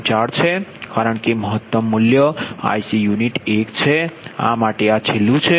4 છે કારણ કે મહત્તમ મૂલ્ય IC યુનિટ એક છે આ માટે આ છેલ્લું છે